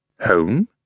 Home